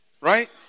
Right